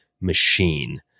machine